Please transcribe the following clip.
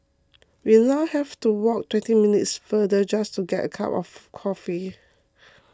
we now have to walk twenty minutes farther just to get a cup of coffee